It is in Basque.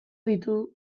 ditu